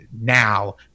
now